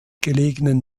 gelegenen